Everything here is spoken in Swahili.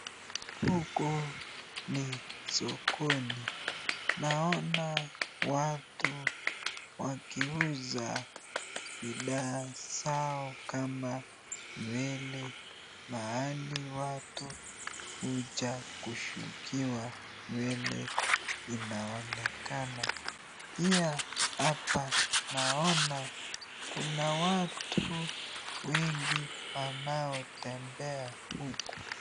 Huku ni sokoni. Naona watu wakiuza bidhaa zao kama nywele mahali watu kuja kushukiwa nywele inaonekana. Pia hapa naona kuna watu wengi wanaotembea huku.